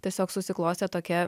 tiesiog susiklostė tokia